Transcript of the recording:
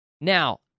Now